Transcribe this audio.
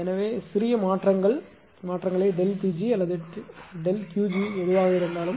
எனவே சிறிய மாற்றங்களை ΔP g அல்லது ΔQ g எதுவாக இருந்தாலும்